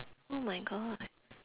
oh my god